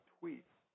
Tweets